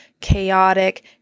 chaotic